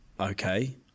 Okay